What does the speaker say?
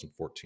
2014